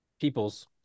Peoples